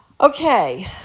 Okay